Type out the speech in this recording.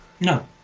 No